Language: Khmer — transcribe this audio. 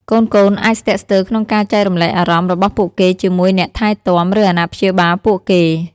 កូនៗអាចស្ទាក់ស្ទើរក្នុងការចែករំលែកអារម្មណ៍របស់ពួកគេជាមួយអ្នកថែទាំ ឬអាណាព្យាបាលពួកគេ ។